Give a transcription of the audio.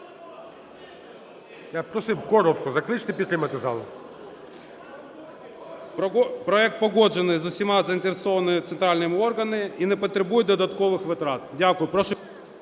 б просив коротко. Закличте підтримати зал. СОКОЛЮК М.Ю. Проект погоджений з усіма заінтересованими центральними органами і не потребує додаткових витрат. Дякую.